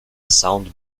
sound